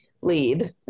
lead